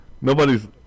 nobody's